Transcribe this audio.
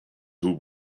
who